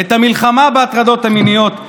את המלחמה בהטרדות המיניות,